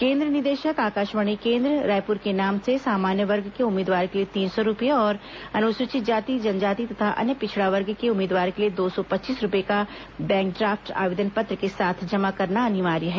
केन्द्र निदेशक आकाशवाणी केन्द्र रायपुर के नाम से सामान्य वर्ग के उम्मीदवार के लिए तीन सौ रूपए और अनुसूचित जाति जनजाति तथा अन्य पिछड़ा वर्ग के उम्मीदवार के लिए दो सौ पच्चीस रूपये का बैंक ड्राफ्ट आवेदन पत्र के साथ जमा करना अनिवार्य है